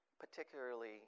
particularly